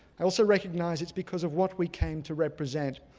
i also recognize it's because of what we came to represent,